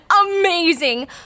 amazing